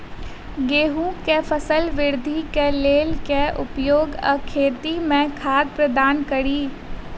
गेंहूँ केँ फसल वृद्धि केँ लेल केँ उपाय आ खेत मे खाद प्रदान कड़ी?